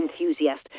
enthusiast